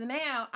now